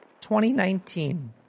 2019